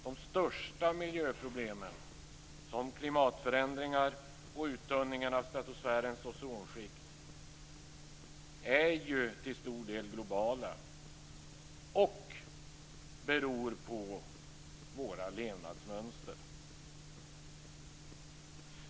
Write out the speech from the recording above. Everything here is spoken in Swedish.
De största miljöproblemen som klimatförändringar och uttunningen av stratosfärens ozonskikt är till stor del globala och beror på våra levnadsmönster.